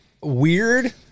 weird